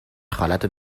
خالتو